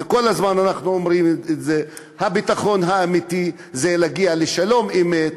וכל הזמן אנחנו אומרים את זה: הביטחון האמיתי זה להגיע לשלום אמת